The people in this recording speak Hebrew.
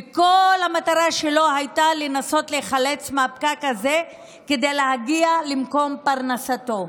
וכל המטרה שלו הייתה לנסות להיחלץ מהפקק הזה כדי להגיע למקום פרנסתו.